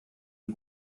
sie